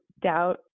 doubt